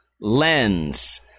lens